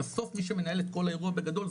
בסוף מי שמנהל את כל האירוע בגדול,